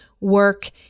work